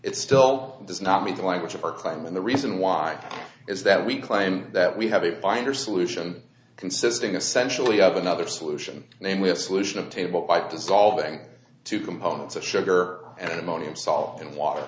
it still does not meet the language of our crime and the reason why is that we claimed that we have a binder solution consisting essential we have another solution namely a solution of table by dissolving two components of sugar and ammonium salt and water